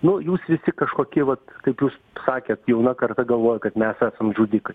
nu jūs visi kažkokie vat kaip jūs sakėt jauna karta galvoja kad mes esam žudikai